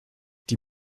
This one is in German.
die